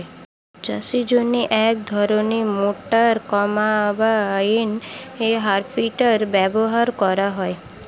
চাষের জন্য এক ধরনের মোটর কম্বাইন হারভেস্টার ব্যবহার করা হয়